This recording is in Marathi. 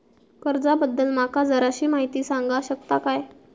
कर्जा बद्दल माका जराशी माहिती सांगा शकता काय?